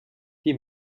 die